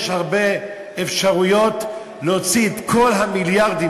יש הרבה אפשרויות להוציא את כל המיליארדים,